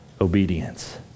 obedience